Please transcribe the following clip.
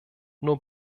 nur